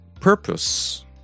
purpose